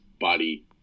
body